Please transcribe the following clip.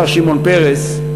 השר שמעון פרס,